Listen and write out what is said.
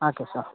ಆಯ್ತು ಸರ್